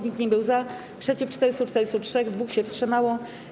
Nikt nie był za, przeciw - 443, 2 się wstrzymało.